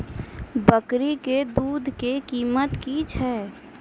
बकरी के दूध के कीमत की छै?